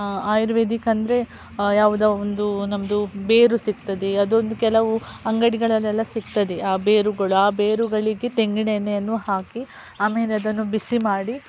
ಆಯುರ್ವೇದಿಕ್ ಅಂದರೆ ಯಾವುದೋ ಒಂದು ನಮ್ಮದು ಬೇರು ಸಿಗ್ತದೆ ಅದೊಂದು ಕೆಲವು ಅಂಗಡಿಗಳಲ್ಲೆಲ್ಲ ಸಿಗ್ತದೆ ಆ ಬೇರುಗಳು ಆ ಬೇರುಗಳಿಗೆ ತೆಂಗಿನೆಣ್ಣೆಯನ್ನು ಹಾಕಿ ಆಮೇಲೆ ಅದನ್ನು ಬಿಸಿ ಮಾಡಿ